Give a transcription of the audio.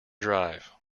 drive